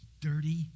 Dirty